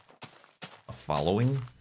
following